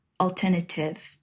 alternative